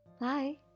Bye